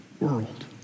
world